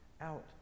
out